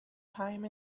time